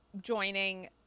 joining